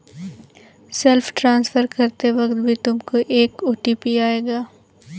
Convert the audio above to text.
self transfer करते वक्त भी तुमको एक ओ.टी.पी आएगा